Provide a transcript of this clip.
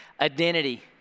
Identity